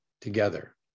together